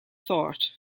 thought